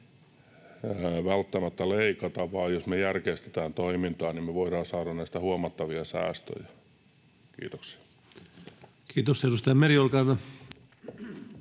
välttämättä leikata, vaan jos me järkeistetään toimintaa, me voidaan saada näistä huomattavia säästöjä. — Kiitoksia. [Speech 148] Speaker: